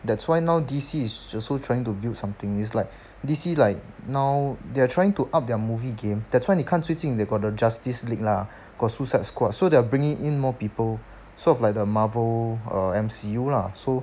that's why now D_C is also trying to build something it's like D_C like now they are trying to up their movie game that's why 你看最近 they got the justice league lah got suicide squad so they are bringing in more people sort of like the marvel uh M_C_U lah so